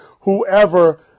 whoever